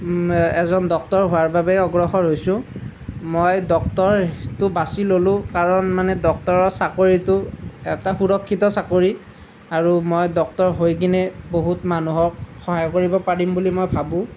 এজন ডক্তৰ হোৱাৰ বাবে অগ্ৰসৰ হৈছোঁ মই ডক্তৰটো বাছি ল'লোঁ কাৰণ মানে ডক্তৰৰ চাকৰিটো এটা সুৰক্ষিত চাকৰি আৰু মই ডক্তৰ হৈ কিনে বহুত মানুহক সহায় কৰিব পাৰিম বুলি মই ভাবোঁ